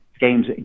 games